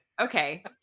okay